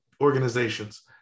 Organizations